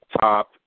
top